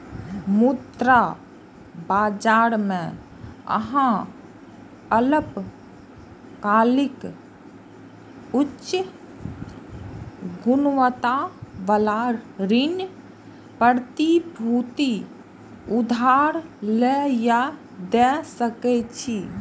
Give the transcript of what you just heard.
मुद्रा बाजार मे अहां अल्पकालिक, उच्च गुणवत्ता बला ऋण प्रतिभूति उधार लए या दै सकै छी